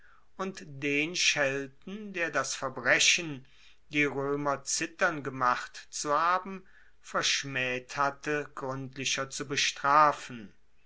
und den schelten der das verbrechen die roemer zittern gemacht zu haben verschmaeht hatte gruendlicher zu bestrafen